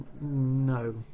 no